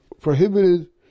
prohibited